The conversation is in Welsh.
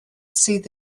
sydd